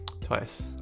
Twice